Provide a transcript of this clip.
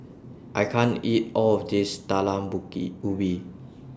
I can't eat All of This Talam Ubi